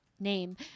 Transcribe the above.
name